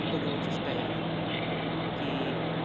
ᱡᱚᱛᱚ ᱜᱮᱵᱚ ᱪᱮᱥᱴᱟᱭᱟ ᱠᱤ